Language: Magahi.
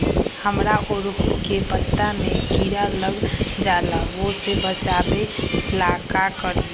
हमरा ओरहुल के पत्ता में किरा लग जाला वो से बचाबे ला का करी?